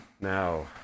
now